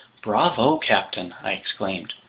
bravo, captain! i exclaimed.